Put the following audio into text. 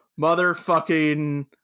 motherfucking